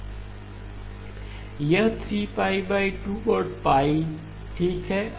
यह 3 π 2 और π ठीक है